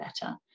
better